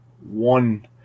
one